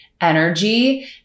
energy